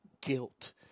guilt